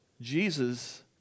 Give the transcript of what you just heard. Jesus